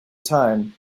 time